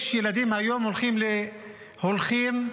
יש ילדים היום שהולכים יחפים.